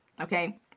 okay